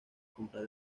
comprar